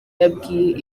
yabwiye